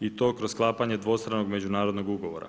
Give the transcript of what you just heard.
i to kroz sklapanje dvostranog međunarodnog ugovora.